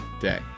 day